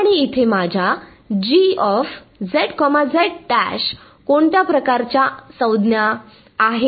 आणि इथे माझ्या कोणत्या प्रकारच्या संज्ञा आहेत